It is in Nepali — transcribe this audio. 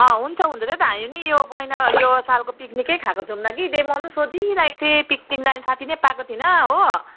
अँ हुन्छ हुन्छ त्यही त हामी पनि यो महिना यो सालको पिकनिकै खाएको छनौँ कि त्यही म पनि सोचिरहेको थिएँ पिकनिक जाने साथी नै पाएको थिइन हो